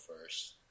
first